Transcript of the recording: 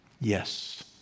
Yes